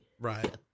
Right